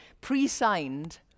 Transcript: pre-signed